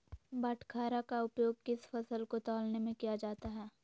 बाटखरा का उपयोग किस फसल को तौलने में किया जाता है?